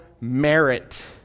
merit